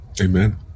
Amen